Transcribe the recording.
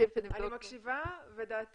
אני מציעה שתבדקו את זה.